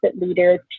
leaders